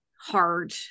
hard